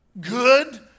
good